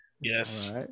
yes